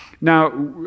now